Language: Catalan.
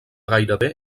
gairebé